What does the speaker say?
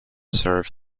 serve